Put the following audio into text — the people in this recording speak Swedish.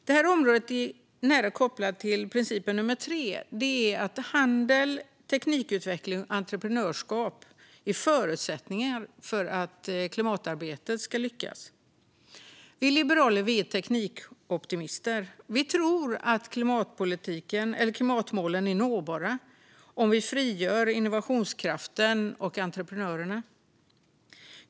Det har en nära koppling till den tredje principen som gäller att handel, teknikutveckling och entreprenörskap är förutsättningar för att klimatarbetet ska lyckas. Vi liberaler är teknikoptimister. Vi tror att klimatmålen är nåbara om vi frigör innovationskraften och entreprenörerna.